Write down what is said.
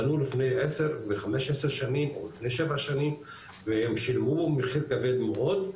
בנו לפני 10 ו- 15 שנים והם שילמו מחיר כבד מאוד,